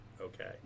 okay